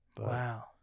Wow